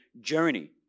journey